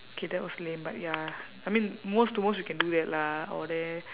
okay that was lame but ya I mean most to most we can do that lah all that